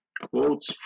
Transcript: quotes